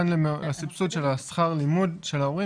הסבסוד של שכר הלימוד של ההורים,